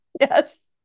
yes